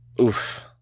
Oof